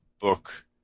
book